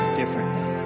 differently